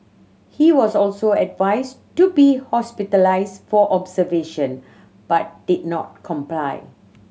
he was also advised to be hospitalised for observation but did not comply